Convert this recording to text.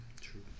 True